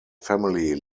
family